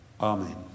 Amen